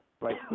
Right